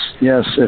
yes